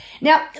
Now